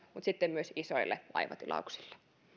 mutta sitten myös isoille laivatilauksille